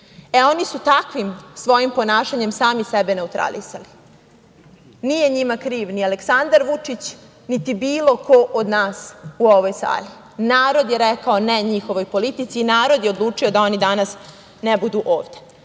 e, oni su takvim svojim ponašanjem sami sebe neutralisali. Nije njima kriv ni Aleksandar Vučić, niti bilo ko od nas u ovoj sali. Narod je rekao ne njihovoj politici i narod je odlučio da oni danas ne budu